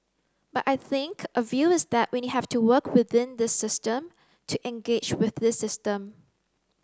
but I think a view is that we have to work within this system to engage with this system